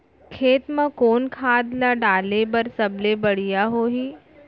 खेत म कोन खाद ला डाले बर सबले बढ़िया होही?